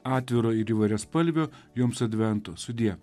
atviro ir įvairiaspalvio jums advento sudie